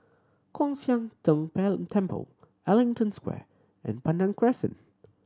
Kwan Siang Tng Temple Ellington Square and Pandan Crescent